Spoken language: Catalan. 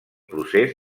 procés